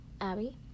Abby